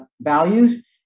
values